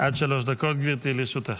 עד שלוש דקות, גברתי, לרשותך.